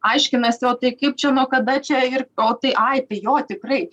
aiškinasi o tai kaip čia nuo kada čia ir o tai ai tai jo tikrai